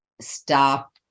stop